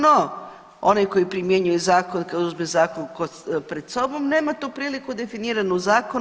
No, onaj koji primjenjuje zakon, kada uzme zakon pred sobom nema tu priliku definiranu u zakonu.